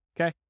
Okay